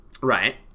right